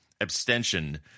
abstention